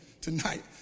tonight